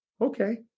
Okay